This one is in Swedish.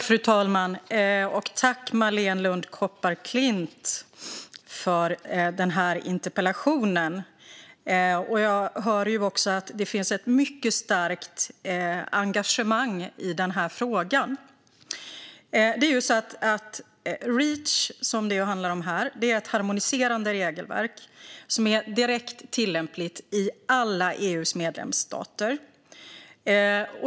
Fru talman! Jag tackar Marléne Lund Kopparklint för interpellationen. Jag hör att det finns ett mycket starkt engagemang i den här frågan. Det är ju så att Reach, som det handlar om här, är ett harmoniserande regelverk som är direkt tillämpligt i alla EU:s medlemsstater.